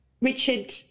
Richard